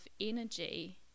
energy